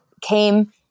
came